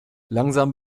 langsam